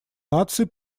наций